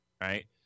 right